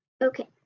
Okay